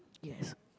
yes